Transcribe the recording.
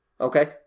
Okay